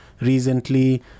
recently